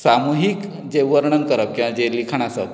तो सामुहीक वर्णन करप किंवा जें लिखाण आसप